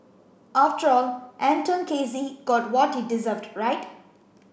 after all Anton Casey got what he deserved right